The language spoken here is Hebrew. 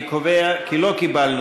אני קובע כי לא קיבלנו